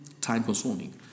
time-consuming